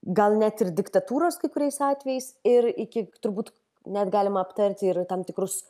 gal net ir diktatūros kai kuriais atvejais ir iki turbūt net galima aptarti ir tam tikrus